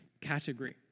category